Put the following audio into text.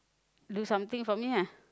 do something for me ah